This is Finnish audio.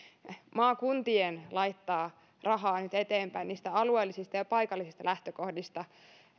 maakuntien laittaa rahaa nyt eteenpäin niistä alueellisista ja paikallisista lähtökohdista